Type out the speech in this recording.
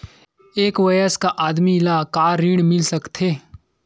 एक वयस्क आदमी ल का ऋण मिल सकथे?